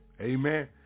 Amen